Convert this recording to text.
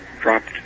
dropped